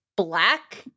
Black